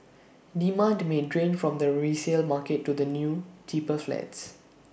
demand may drain from the resale market to the new cheaper flats